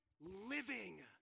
living